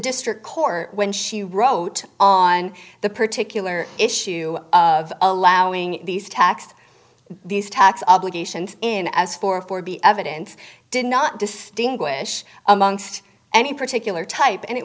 district court when she wrote on the particular issue of allowing these tax to these tax obligations in as forty four b evidence did not distinguish amongst any particular type and it